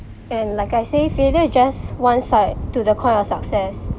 and like I say failure is just one side to the coin of success